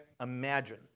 imagine